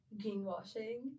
greenwashing